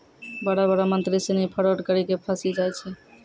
बड़ो बड़ो मंत्री सिनी फरौड करी के फंसी जाय छै